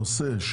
את הנושא,